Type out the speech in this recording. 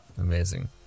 Amazing